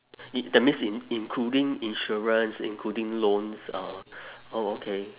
that means in~ including insurance including loans uh oh okay